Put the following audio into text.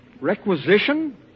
Requisition